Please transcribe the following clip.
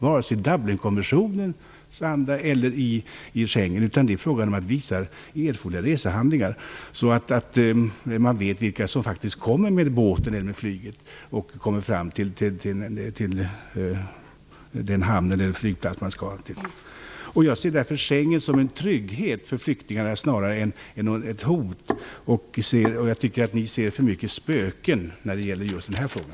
Varken i Dublinkonventionen eller Schengenavtalet är det fråga om asylprövning, det handlar om erforderliga resehandlingar så att man faktiskt vet vem som kommer med båten eller flyget till den hamn eller flygplats man skall till. Jag ser därför Schengenavtalet som en trygghet för flyktingarna snarare än ett hot. Jag tycker ni ser för mycket spöken när det gäller den här frågan.